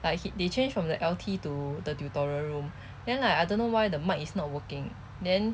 like he they changed from the L_T to the tutorial room then like I don't know why the mic is not working then